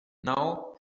now